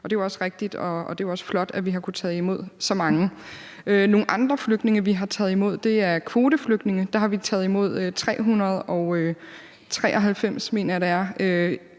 Det er også rigtigt, og det er flot, at vi har kunnet tage imod så mange. Nogle andre flygtninge, vi har taget imod, er kvoteflygtninge. Der har vi taget imod 393, mener jeg det er,